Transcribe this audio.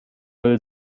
will